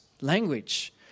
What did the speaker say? language